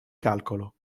calcolo